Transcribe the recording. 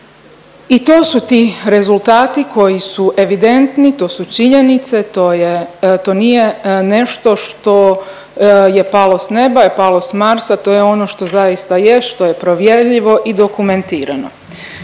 I to su ti rezultati koji su evidentni, to su činjenice, to je, to nije nešto što je palo s neba i palo s Marsa, to je ono što zaista je, što je provjerljivo i dokumentirano.